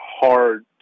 hard